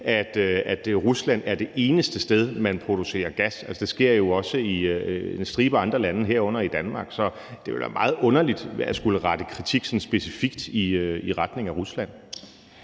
at Rusland er det eneste sted, man producerer gas. Det sker jo også i en stribe andre lande, herunder i Danmark, så det ville være meget underligt at skulle rette kritik sådan specifikt i retning af Rusland.